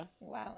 wow